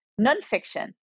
nonfiction